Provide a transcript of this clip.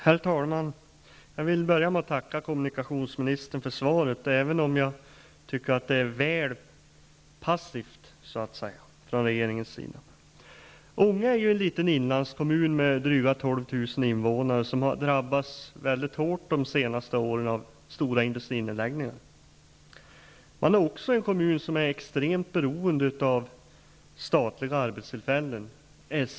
Herr talman! Till att börja med tackar jag kommunikationsministern för svaret, som jag dock tycker visar en viss passivitet från regeringens sida. Ånge är en liten inlandskommun med drygt 12 000 invånare som har drabbats väldigt hårt under de senaste åren av stora industrinedläggningar. Kommunen är extremt beroende av statliga arbetstillfällen.